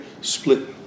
split